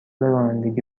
رانندگی